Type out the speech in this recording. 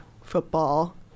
football